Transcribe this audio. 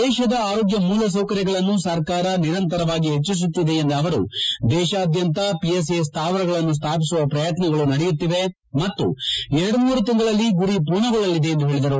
ದೇತದ ಆರೋಗ್ಲ ಮೂಲಸೌಕರ್ಯಗಳನ್ನು ಸರ್ಕಾರ ನಿರಂತರವಾಗಿ ಹೆಚ್ಚಿಸುತ್ತಿದೆ ಎಂದ ಅವರು ದೇಶಾದ್ಲಂತ ಪಿಎಸ್ಎ ಸ್ಥಾವರಗಳನ್ನು ಸ್ವಾಪಿಸುವ ಪ್ರಯತ್ನಗಳು ನಡೆಯುತ್ತಿವೆ ಮತ್ತು ಎರಡು ಮೂರು ತಿಂಗಳಲ್ಲಿ ಗುರಿ ಪೂರ್ಣಗೊಳ್ಳಲಿದೆ ಎಂದು ಹೇಳದರು